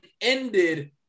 ended